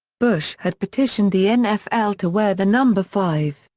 bush had petitioned the nfl to wear the number five,